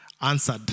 answered